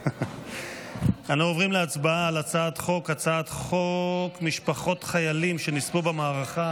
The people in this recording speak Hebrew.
אנו עוברים להצבעה על הצעת חוק משפחות חיילים שנספו במערכה